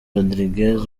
rodríguez